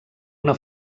una